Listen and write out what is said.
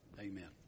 Amen